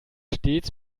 stets